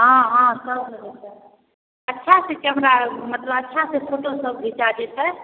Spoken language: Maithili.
हँ हँ सब भऽ जेतै अच्छासँ कैमरा मतलब अच्छासँ फोटोसब घिचा जेतै